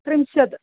त्रिंशत्